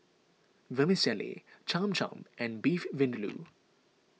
Vermicelli Cham Cham and Beef Vindaloo